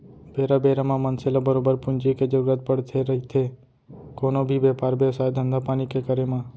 बेरा बेरा म मनसे ल बरोबर पूंजी के जरुरत पड़थे रहिथे कोनो भी बेपार बेवसाय, धंधापानी के करे म